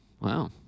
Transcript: Wow